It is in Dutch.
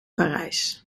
parijs